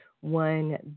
one